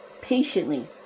patiently